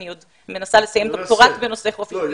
אני מנסה לסיים דוקטורט בנושא חופש הדיבור.